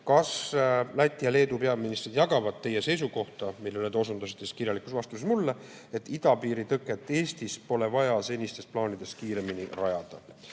kas Läti ja Leedu peaminister jagavad teie seisukohta, millele te osundasite kirjalikus vastuses mulle, et idapiiri tõket Eestis pole vaja senistest plaanidest kiiremini rajada.